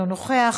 אינו נוכח,